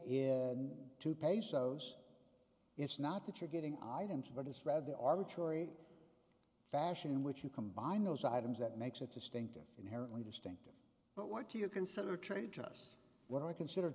in two pesos it's not that you're getting items but it's rather the arbitrary fashion in which you combine those items that makes it distinctive inherently distinctive but what do you consider trade to us when we consider